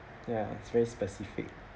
ya it's very specific